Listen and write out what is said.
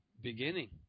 beginning